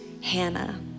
Hannah